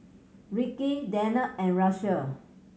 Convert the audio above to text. Rikki Danette and Russel